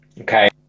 okay